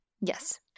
Yes